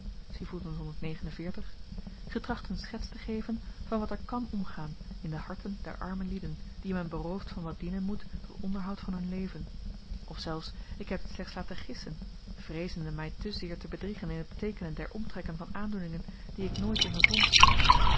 getracht een schets te geven van wat er kàn omgaan in de harten der arme lieden die men berooft van wat dienen moet tot onderhoud van hun leven of zelfs ik heb dit slechts laten gissen vreezende my te zeer te bedriegen in het teekenen der omtrekken van aandoeningen die ik nooit ondervond